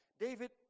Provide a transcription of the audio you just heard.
David